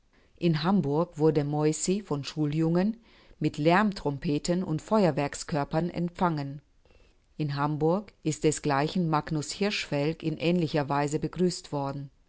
in hamburg wurde moissi von schuljungen mit lärmtrompeten und feuerwerkskörpern empfangen in hamburg ist desgleichen magnus hirschfeld in ähnlicher weise begrüßt worden